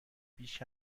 بیش